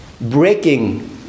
breaking